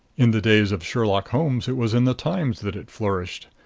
in the days of sherlock holmes it was in the times that it flourished,